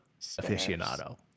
aficionado